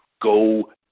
go